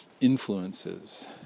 influences